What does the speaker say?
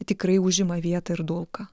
tikrai užima vietą ir dulka